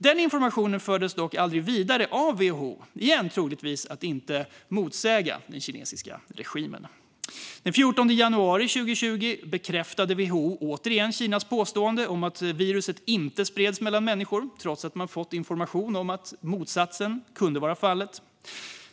Den informationen fördes dock aldrig vidare av WHO, återigen troligtvis för att inte motsäga den kinesiska regimen. Den 14 januari 2020 bekräftade WHO återigen Kinas påstående om att viruset inte spreds mellan människor, trots att man fått information om att motsatsen kunde vara fallet.